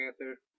Panther